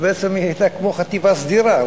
בעצם היא היתה כמו חטיבה סדירה,